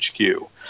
hq